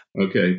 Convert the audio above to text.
Okay